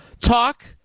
talk